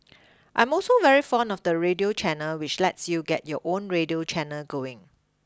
I am also very fond of the radio channel which lets you get your own radio channel going